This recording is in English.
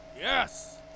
Yes